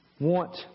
want